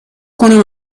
کنم